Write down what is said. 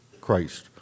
Christ